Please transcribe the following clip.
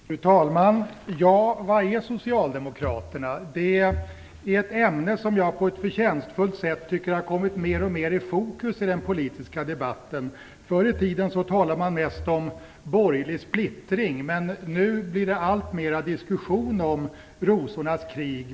Fru talman! Vad är Socialdemokraterna? Det är ett ämne som jag tycker på ett förtjänstfullt sätt har kommit mer och mer i fokus i den politiska debatten. Förr i tiden talade man mest om borgerlig splittring. Men nu blir det alltmer diskussion om Rosornas krig.